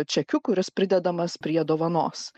čekiu kuris pridedamas prie dovanos